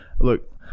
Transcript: Look